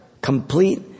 complete